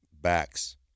backs